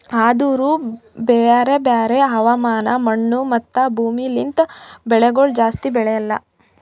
ಆದೂರು ಬ್ಯಾರೆ ಬ್ಯಾರೆ ಹವಾಮಾನ, ಮಣ್ಣು, ಮತ್ತ ಭೂಮಿ ಲಿಂತ್ ಬೆಳಿಗೊಳ್ ಜಾಸ್ತಿ ಬೆಳೆಲ್ಲಾ